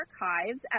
archives